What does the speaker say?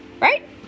right